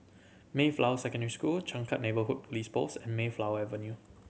Mayflower Secondary School Changkat Neighbourhood Police Post and Mayflower Avenue